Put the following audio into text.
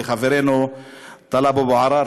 לחברנו טלב אבו עראר,